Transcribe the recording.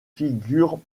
figures